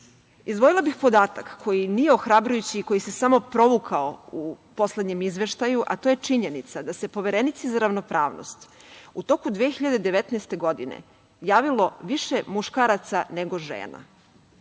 vas. Izdvojila bih podatak koji nije ohrabrujući, koji se samo provukao u poslednjem izveštaju, a to je činjenica da se Poverenici za ravnopravnost u toku 2019. godine javilo više muškaraca nego žena.